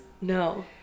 No